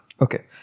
Okay